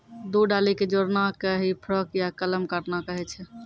दू डाली कॅ जोड़ना कॅ ही फोर्क या कलम काटना कहै छ